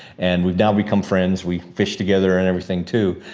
and we've now become friends. we fish together and everything too.